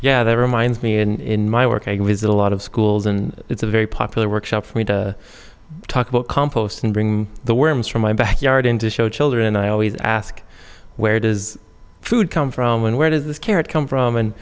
yeah that reminds me in my work i go visit a lot of schools and it's a very popular workshop for me to talk about compost and bring the worms from my backyard into show children i always ask where does food come from and where does this carrot come from and